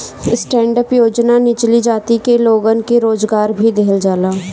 stand up योजना निचली जाति के लोगन के रोजगार भी देहल जाला